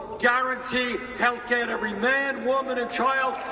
guarantee healthcare to every man, woman, and child,